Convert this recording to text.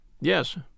Yes